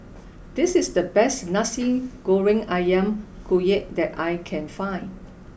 this is the best Nasi Goreng Ayam Kunyit that I can find